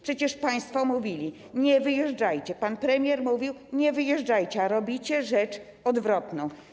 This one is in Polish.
Przecież państwo mówili: nie wyjeżdżajcie, pan premier mówił: nie wyjeżdżajcie, a robicie rzecz odwrotną.